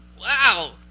Wow